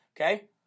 okay